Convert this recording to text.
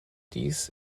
dies